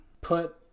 put